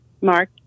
Mark